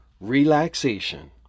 relaxation